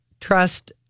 Trust